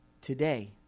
Today